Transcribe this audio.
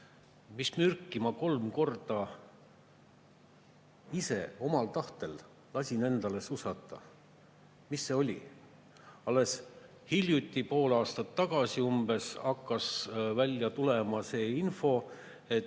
mis mürki ma kolm korda ise, omal tahtel lasin endale susata. Mis see oli? Alles hiljuti, umbes pool aastat tagasi hakkas välja tulema see info, et